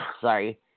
sorry